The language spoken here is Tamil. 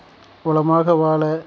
உளமாக வாழ